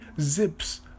zips